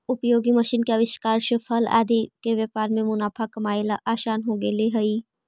उपयोगी मशीन के आविष्कार से फल आदि के व्यापार में मुनाफा कमाएला असान हो गेले हई